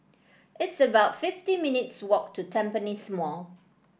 it's about fifty minutes' walk to Tampines Mall